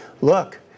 Look